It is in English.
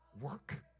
work